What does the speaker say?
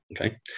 Okay